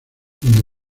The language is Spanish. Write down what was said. donde